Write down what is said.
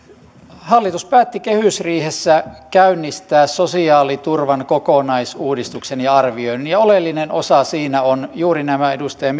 hallitus päätti kehysriihessä käynnistää sosiaaliturvan kokonaisuudistuksen ja arvioinnin ja oleellinen osa siinä ovat juuri nämä edustaja